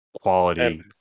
quality